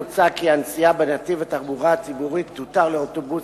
מוצע כי הנסיעה בתחבורה הציבורית תותר לאוטובוסים,